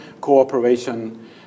cooperation